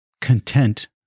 content